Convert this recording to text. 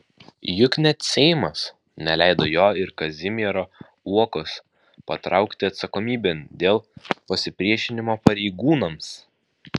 juk net seimas neleido jo ir kazimiero uokos patraukti atsakomybėn dėl pasipriešinimo pareigūnams